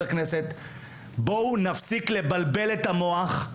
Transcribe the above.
בואו נפסיק לבלבל את המוח,